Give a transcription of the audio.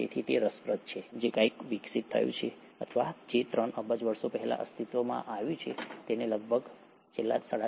તેથી તે રસપ્રદ છે કે જે કંઇક વિકસિત થયું છે અથવા જે ત્રણ અબજ વર્ષો પહેલા અસ્તિત્વમાં આવ્યું છે તેણે છેલ્લા 3